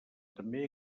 també